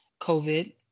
COVID